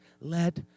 let